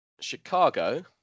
Chicago